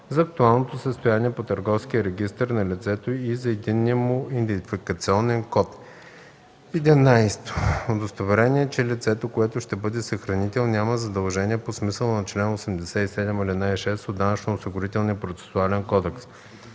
за актуалното състояние по търговския регистър на лицето и за единния му идентификационен код; 11. удостоверение, че лицето, което ще бъде съхранител, няма задължения по смисъла на чл. 87, ал. 6 от Данъчно-осигурителния процесуален кодекс;